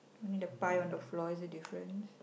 only the pie on the floor is the difference